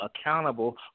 accountable